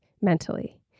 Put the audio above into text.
mentally